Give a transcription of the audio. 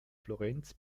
florenz